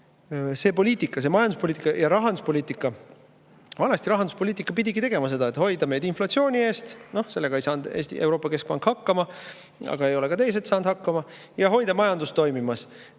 See poliitika, see majanduspoliitika ja rahanduspoliitika … Vanasti rahanduspoliitika pidigi tegema seda, et hoida meid inflatsiooni eest – sellega ei saanud Euroopa Keskpank hakkama, aga ei ole ka teised saanud hakkama – ja hoida majandus toimimas.